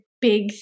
big